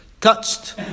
touched